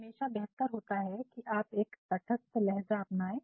तो ये हमेशा बेहतर होता है कि आप एक तठस्थ लहज़ा अपनाये